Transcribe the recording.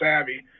savvy